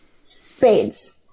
Spades